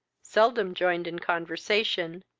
seldom joined in conversation,